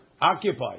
occupied